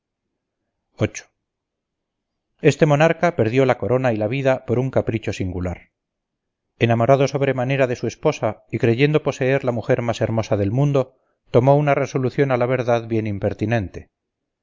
candaules este monarca perdió la corona y la vida por un capricho singular enamorado sobremanera de su esposa y creyendo poseer la mujer más hermosa del mundo tomó una resolución a la verdad bien impertinente